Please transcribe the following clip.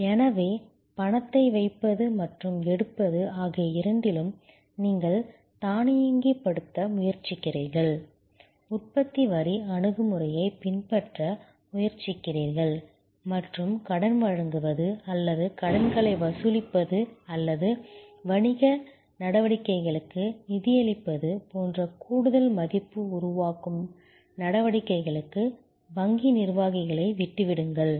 எனவே பணத்தை வைப்பது மற்றும் எடுப்பது ஆகிய இரண்டிலும் நீங்கள் தானியங்குபடுத்த முயற்சிக்கிறீர்கள் உற்பத்தி வரி அணுகுமுறையை பின்பற்ற முயற்சிக்கிறீர்கள் மற்றும் கடன் வழங்குவது அல்லது கடன்களை வசூலிப்பது அல்லது வணிக நடவடிக்கைகளுக்கு நிதியளிப்பது போன்ற கூடுதல் மதிப்பு உருவாக்கும் நடவடிக்கைகளுக்கு வங்கி நிர்வாகிகளை விட்டுவிடுங்கள்